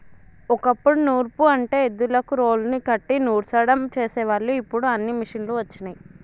ఓ కప్పుడు నూర్పు అంటే ఎద్దులకు రోలుని కట్టి నూర్సడం చేసేవాళ్ళు ఇప్పుడు అన్నీ మిషనులు వచ్చినయ్